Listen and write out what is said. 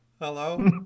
Hello